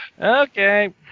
Okay